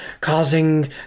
causing